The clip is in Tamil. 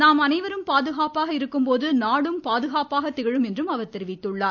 நாம் அனைவரும் பாதுகாப்பாக இருக்கும் போது நாடும் பாதுகாப்பாக திகழும் என்று அவர் தெரிவித்துள்ளார்